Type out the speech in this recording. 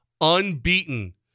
unbeaten